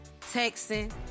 texting